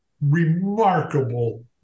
remarkable